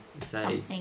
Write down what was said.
say